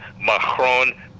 Macron